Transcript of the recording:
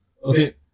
Okay